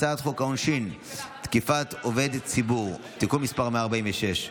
הצעת חוק העונשין (תיקון מס' 146)